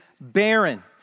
barren